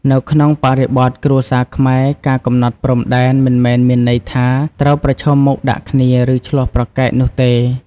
នៅក្នុងបរិបទគ្រួសារខ្មែរ ការកំណត់ព្រំដែន មិនមែនមានន័យថាត្រូវប្រឈមមុខដាក់គ្នា ឬឈ្លោះប្រកែកនោះទេ។